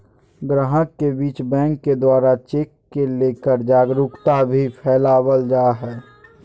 गाहक के बीच बैंक के द्वारा चेक के लेकर जागरूकता भी फैलावल जा है